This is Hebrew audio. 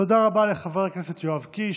תודה רבה לחבר הכנסת יואב קיש.